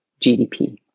GDP